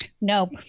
Nope